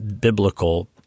biblical